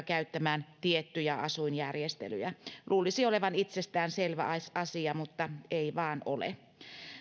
käyttämään tiettyjä asuinjärjestelyjä luulisi olevan itsestään selvä asia mutta ei vain ole